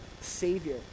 savior